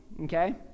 okay